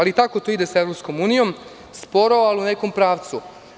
Tako to ide sa EU – sporo, ali u nekom pravcu.